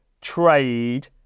trade